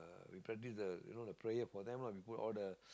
we practice the you know the prayer for them lah we put all the